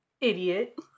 Idiot